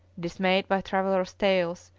dismayed by travellers' tales,